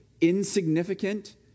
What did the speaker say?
insignificant